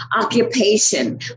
Occupation